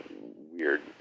weird